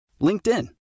LinkedIn